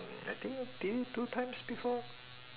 mm I think I did it two times before